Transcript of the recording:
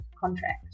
contract